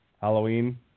Halloween